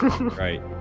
right